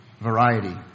variety